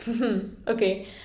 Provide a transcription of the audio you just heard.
Okay